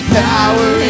power